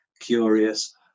curious